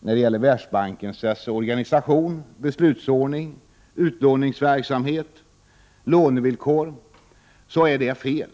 när det gäller Världsbankens organisation, beslutsordning, utlåningsverksamhet, lånevillkor, etc. så är det fel.